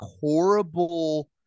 horrible